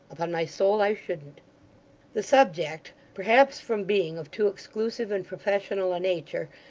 upon my soul, i shouldn't the subject, perhaps from being of too exclusive and professional a nature,